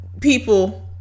people